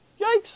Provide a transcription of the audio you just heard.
Yikes